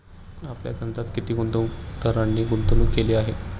आपल्या धंद्यात किती गुंतवणूकदारांनी गुंतवणूक केली आहे?